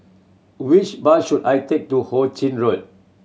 which bus should I take to Hu Ching Road